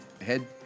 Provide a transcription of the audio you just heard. head